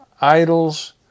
Idols